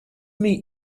meet